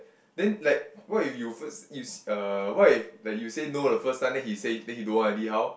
then like what if you first use uh what if like you say no the first time then he say then he don't want already how